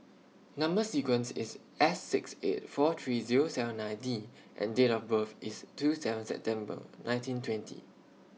Number sequence IS S six eight four three Zero seven nine D and Date of birth IS two seven September nineteen twenty